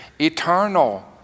Eternal